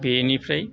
बेनिफ्राय